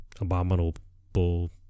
abominable